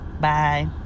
Bye